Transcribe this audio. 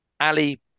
Ali